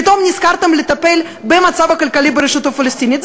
פתאום נזכרתם לטפל במצב הכלכלי ברשות הפלסטינית,